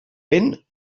vent